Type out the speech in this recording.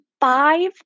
five